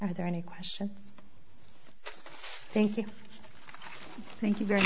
are there any question thank you thank you very